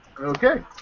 Okay